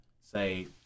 say